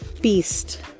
Beast